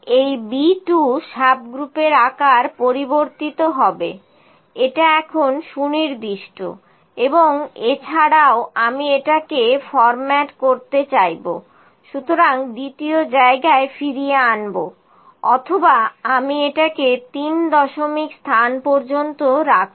এই B 2 সাবগ্রুপের আকার পরিবর্তিত হবে এটা এখন সুনির্দিষ্ট এবং এছাড়াও আমি এটাকে ফরমাট করতে চাইবো এবং দ্বিতীয় জায়গায় ফিরিয়ে আনব অথবা আমি এটিকে তিন দশমিক স্থান পর্যন্ত রাখবো